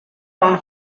town